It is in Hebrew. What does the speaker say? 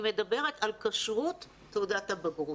אני מדברת על כשרות תעודת הבגרות.